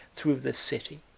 through the city.